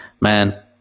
Man